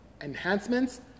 enhancements